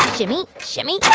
shimmy, shimmy, yeah